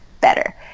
better